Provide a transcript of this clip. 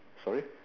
sorry